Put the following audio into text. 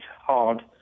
hard